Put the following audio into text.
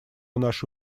наши